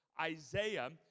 Isaiah